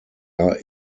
are